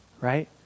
Right